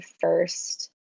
first